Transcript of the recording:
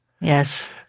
Yes